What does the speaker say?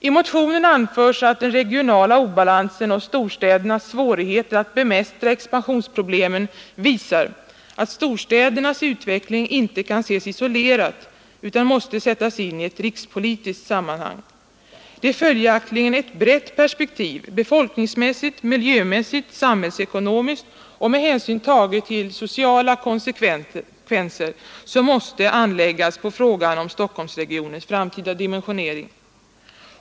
I motionen anförs att den regionala obalansen och storstädernas svårigheter att bemästra expansionsproblemen visar att storstädernas utveckling inte kan ses isolerat utan måste sättas in i ett rikspolitiskt sammanhang. Det är följaktligen ett brett perspektiv — befolkningsmässigt, miljömässigt, samhällsekonomiskt och med hänsyn tagen till sociala konsekvenser — som måste anläggas på frågan om Stockholmsregionens framtida dimensionering.